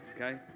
okay